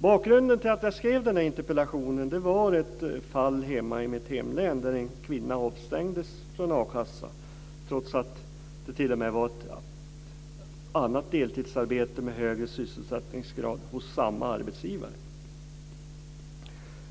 Bakgrunden till att jag skrev interpellationen var ett fall i mitt hemlän där en kvinna avstängdes från akassan trots att det gällde ett annat deltidsarbete med högre sysselsättningsgrad hos samma arbetsgivare.